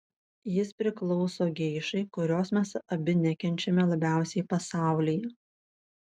jis priklauso geišai kurios mes abi nekenčiame labiausiai pasaulyje